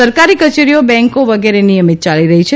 સરકારી કચેરીઓ પેન્કો વગેરે નિયમિત ચાલી રહી છે